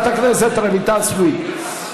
חברת הכנסת רויטל סויד.